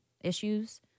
issues